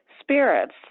spirits